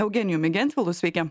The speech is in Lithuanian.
eugenijumi gentvilu sveiki